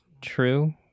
true